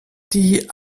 die